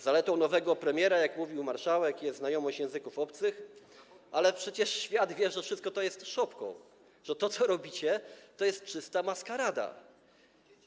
Zaletą nowego premiera, jak mówił marszałek, jest znajomość języków obcych, ale przecież świat wie, że wszystko to jest szopką, że to, co robicie, to jest czysta maskarada.